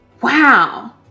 wow